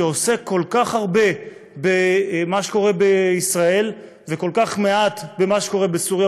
שעוסק כל כך הרבה במה שקורה בישראל וכל כך מעט במה שקורה בסוריה,